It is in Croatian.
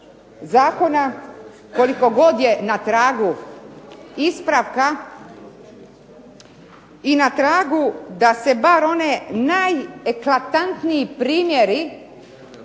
zakona koliko god je na tragu ispravka i na tragu da se bar oni najeklatantniji primjeri